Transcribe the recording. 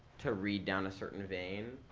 to read down a certain vein.